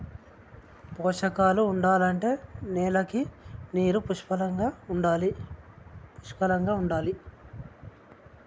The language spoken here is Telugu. పోషకాలు ఉండాలంటే నేలకి నీరు పుష్కలంగా ఉండాలి